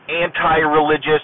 anti-religious